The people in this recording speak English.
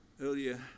earlier